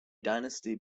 dynasty